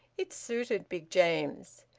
it suited big james.